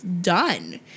done